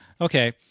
Okay